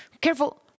careful